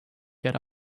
get